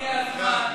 תודה רבה.